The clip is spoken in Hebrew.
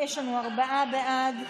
יש לנו ארבעה בעד,